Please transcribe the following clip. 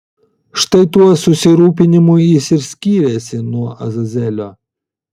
štai tuo susirūpinimu jis ir skyrėsi nuo azazelio